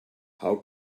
how